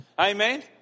amen